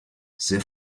sehr